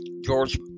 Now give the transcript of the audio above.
George